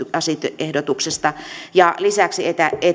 lakiehdotuksesta ja lisäksi